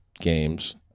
Games